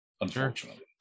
Unfortunately